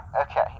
Okay